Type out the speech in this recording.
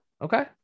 Okay